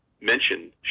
mentioned